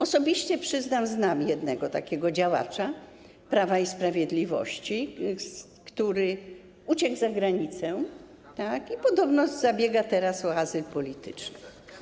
Osobiście przyznam, że znam jednego takiego działacza Prawa i Sprawiedliwości, który uciekł za granicę i podobno zabiega teraz o azyl polityczny.